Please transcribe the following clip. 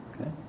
Okay